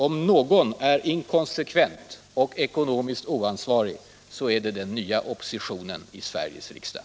Om någon är inkonsekvent och ekonomiskt oansvarig, så är det den nya oppositionen i Sveriges riksdag.